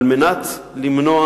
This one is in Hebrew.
על מנת למנוע